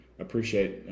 appreciate